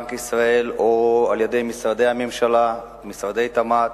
בנק ישראל או על-ידי משרדי הממשלה, משרד התמ"ת,